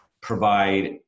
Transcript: provide